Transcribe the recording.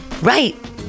right